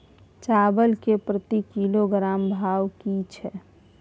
चावल के प्रति किलोग्राम भाव की छै?